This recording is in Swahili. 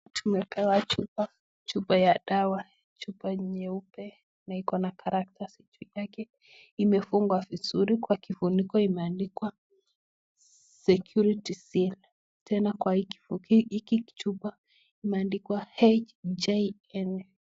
Tumepewa chupa, chupa ya dawa, chupa nyeupe na iko na karatasi juu yake imefungwa vizuri. Kwa kifuniko imeandikwa security seal . Tena kwa hiki kichupa imeandikwa HJN .